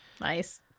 Nice